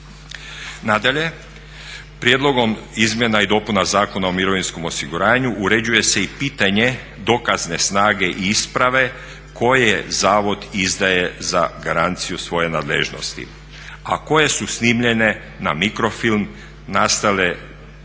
Nadalje, prijedlogom izmjena i dopuna Zakona o mirovinskom osiguranju uređuje se i pitanje dokazne snage i isprave koje zavod izdaje za garanciju svoje nadležnosti, a koje su snimljene na mikrofilm, nastale